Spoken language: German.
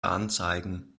anzeigen